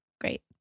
great